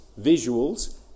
visuals